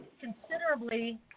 considerably